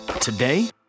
today